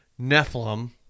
Nephilim